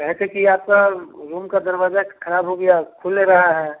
जो है से कि आपका वह रूम का दरवाज़ा खराब हो गया खुल रहा है